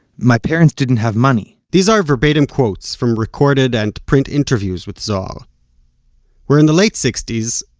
my parents didn't have money these are verbatim quotes from recorded and print interviews with zohar we're in the late sixties.